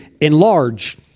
Enlarge